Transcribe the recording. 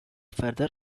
further